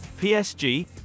PSG